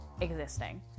existing